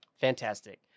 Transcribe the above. Fantastic